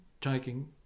taking